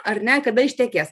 ar ne kada ištekės